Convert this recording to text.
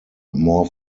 more